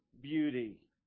beauty